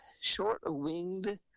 short-winged